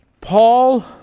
Paul